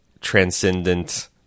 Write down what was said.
transcendent